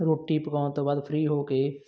ਰੋਟੀ ਪਕਾਉਣ ਤੋਂ ਬਾਅਦ ਫਰੀ ਹੋ ਕੇ